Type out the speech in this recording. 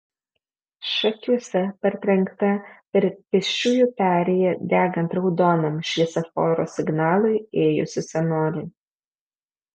šakiuose partrenkta per pėsčiųjų perėją degant raudonam šviesoforo signalui ėjusi senolė